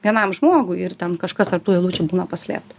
vienam žmogui ir ten kažkas tarp tų eilučių būna paslėpta